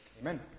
Amen